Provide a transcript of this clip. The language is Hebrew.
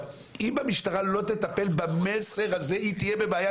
אם המשטרה לא תטפל במסר הזה היא תהיה בבעיה,